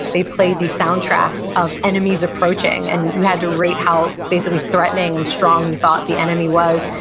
they played the soundtracks of enemies approaching, and you had to rate how, basically, threatening and strong you thought the enemy was,